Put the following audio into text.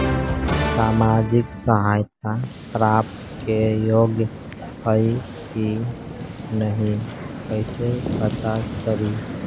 सामाजिक सहायता प्राप्त के योग्य हई कि नहीं कैसे पता करी?